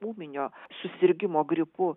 ūminio susirgimo gripu